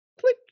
click